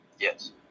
Yes